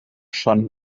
schon